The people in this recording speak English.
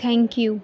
thank you